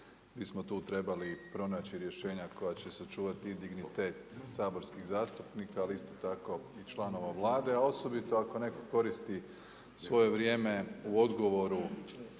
bismo tu trebali pronaći rješenja koja će sačuvati dignitet saborskih zastupnika, ali isto tako i članova Vlade, a osobito ako neko koristi svoje vrijeme u odgovoru